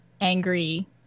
angry